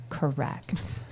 Correct